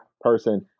person